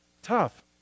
tough